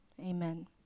Amen